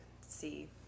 see